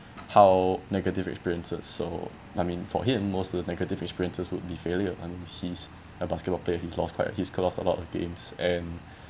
how negative experiences so I mean for him most of the negative experiences would be failure and he's a basketball player he's lost quite he's lost a lot of games and